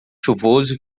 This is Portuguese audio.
chuvoso